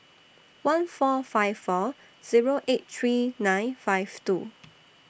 one four five four Zero eight three nine five two